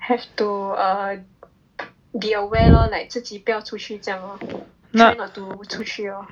have to uh be aware lor like 自己不要出去这样哦 not to 出去 lor